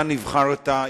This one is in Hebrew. אתה נבחרת,